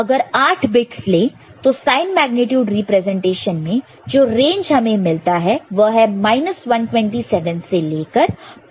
अगर 8 बिट्स ले तो साइन मेग्नीट्यूड रिप्रेजेंटेशन में जो रेंज हमें मिलता है वह 127 से लेकर127 है